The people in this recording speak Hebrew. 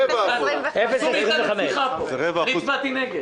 אני הצבעתי נגד.